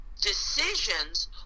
decisions